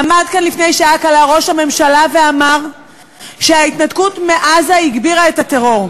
עמד כאן לפני שעה קלה ראש הממשלה ואמר שההתנתקות מעזה הגבירה את הטרור.